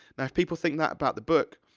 now, if people think that about the book,